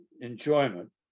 enjoyment